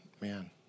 Man